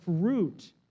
fruit